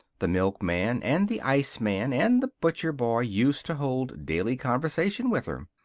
the milkman and the iceman and the butcher boy used to hold daily conversation with her.